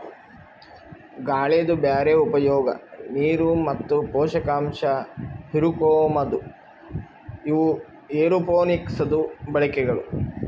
ಗಾಳಿದು ಬ್ಯಾರೆ ಉಪಯೋಗ, ನೀರು ಮತ್ತ ಪೋಷಕಾಂಶ ಹಿರುಕೋಮದು ಇವು ಏರೋಪೋನಿಕ್ಸದು ಬಳಕೆಗಳು